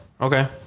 Okay